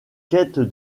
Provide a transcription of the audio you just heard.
quête